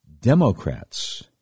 Democrats